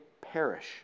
perish